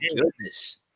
goodness